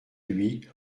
lui